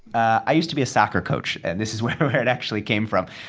i used to be a soccer coach. and this is where where it actually came from.